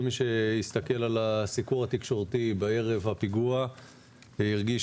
כל מי שהסתכל על הסיקור התקשורתי בערב הפיגוע הרגיש